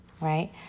right